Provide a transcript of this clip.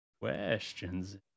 questions